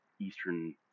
eastern